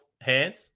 hands